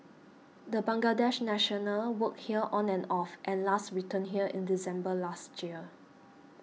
the Bangladesh national worked here on and off and last returned here in December last year